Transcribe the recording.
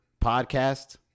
podcast